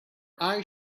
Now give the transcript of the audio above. eyes